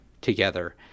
together